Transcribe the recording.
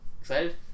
Excited